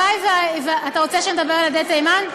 אתה רוצה שנדבר על ילדי תימן?